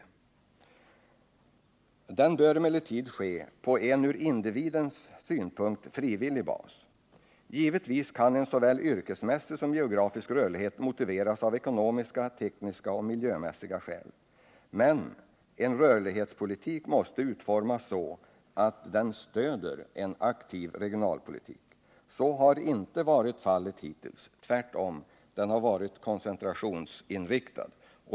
Sådan rörlighet bör emellertid ske på en från individens synpunkt frivillig bas. Givetvis kan en såväl yrkesmässig som geografisk rörlighet motiveras av ekonomiska, tekniska och miljömässiga skäl. Men en rörlighetspolitik måste utformas så, att den stöder en aktiv regionalpolitik. Så har inte varit fallet hittills. Tvärtom — den har varit koncentrationsinriktad.